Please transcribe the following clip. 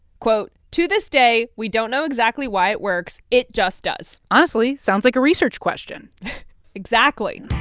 quote, to this day, we don't know exactly why it works. it just does. honestly, sounds like a research question exactly